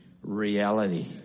reality